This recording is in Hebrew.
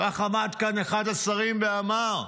כך עמד כאן אחד השרים ואמר.